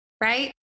right